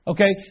Okay